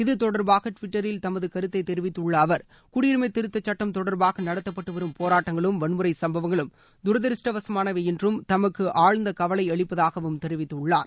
இது தொடர்பாக டுவிட்டரில் தமது கருத்தை தெரிவித்துள்ள அவர் குடியுரிமை திருத்தச் சுட்டம் தொடர்பாக நடத்தப்பட்டு வரும் போராட்டங்களும் வன்முறை சும்பவங்களும் தரதிருஷ்டவசமானவை என்றும் தமக்கு ஆழ்ந்த கவலை அளிப்பதாகவும் தெரிவித்துள்ளார்